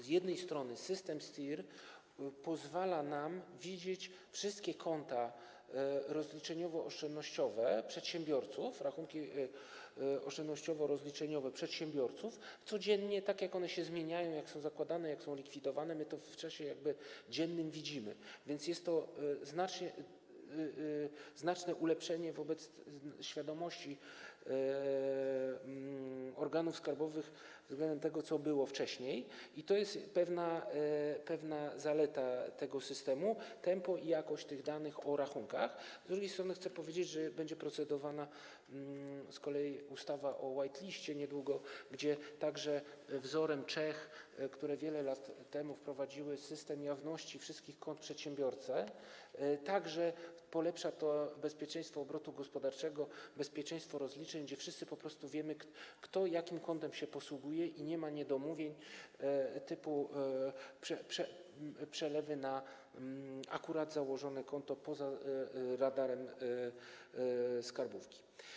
Z jednej strony system STIR pozwala nam widzieć codziennie wszystkie konta rozliczeniowo-oszczędnościowe przedsiębiorców, rachunki oszczędnościowo-rozliczeniowe przedsiębiorców, to, jak one się zmieniają, jak są zakładane, jak są likwidowane, my to w czasie dziennym widzimy, więc jest to znaczne ulepszenie w świadomości organów skarbowych względem tego, co było wcześniej, i to jest pewna zaleta tego systemu - tempo przekazywania i jakość tych danych o rachunkach, z drugiej strony chcę powiedzieć, że niedługo będzie procedowana ustawa o white list, która także - wzorem Czech, które wiele lat temu wprowadziły system jawności wszystkich kont przedsiębiorców - polepsza to bezpieczeństwo obrotu gospodarczego, bezpieczeństwo rozliczeń, kiedy wszyscy po prostu wiemy, kto jakim kontem się posługuje, i nie ma niedomówień typu przelewy na akurat założone konto poza radarem skarbówki.